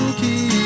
keep